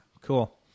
Cool